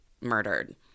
murdered